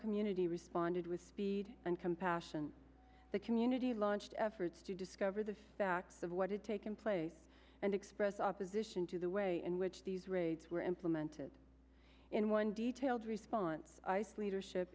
community responded with speed and compassion the community launched efforts to discover the facts of what had taken place and expressed opposition to the way in which these raids were implemented in one detailed response ice leadership